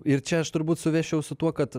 ir čia aš turbūt suvesčiau su tuo kad